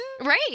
Right